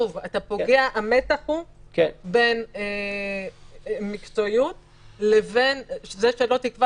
--- המתח הוא בין מקצועיות לבין זה שלא ייקבע